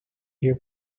here